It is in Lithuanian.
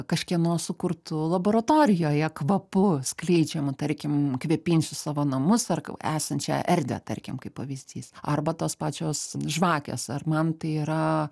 kažkieno sukurtu laboratorijoje kvapu skleidžiamu tarkim kvėpinsiu savo namus ar esančią erdvę tarkim kaip pavyzdys arba tos pačios žvakės ar man tai yra